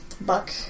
Buck